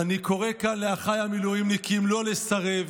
אני קורא כאן לאחיי המילואימניקים לא לסרב,